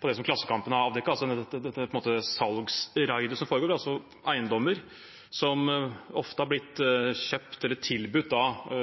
på det som Klassekampen har avdekket, altså dette salgsraidet som foregår. Det er eiendommer som ofte har blitt kjøpt av eller tilbudt